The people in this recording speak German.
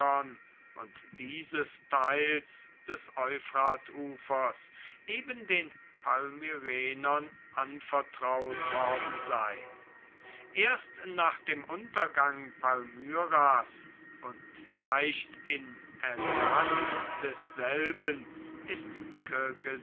und dieses teils des euphratufers eben den palmyrenern anvertraut worden sein erst nach dem untergang palmyras und vielleicht in ersatz desselben ist